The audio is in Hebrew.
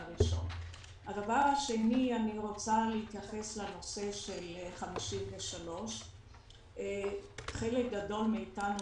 אני רוצה להתייחס לנושא של 1953. חלק גדול מאתנו